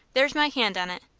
there's my hand on it.